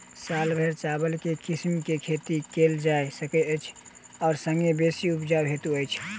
साल भैर चावल केँ के किसिम केँ खेती कैल जाय सकैत अछि आ संगे बेसी उपजाउ होइत अछि?